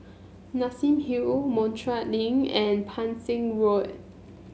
Nassim Hill Montreal Link and Pang Seng Road